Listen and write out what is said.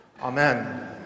Amen